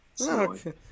Okay